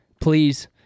please